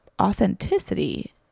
authenticity